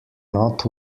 not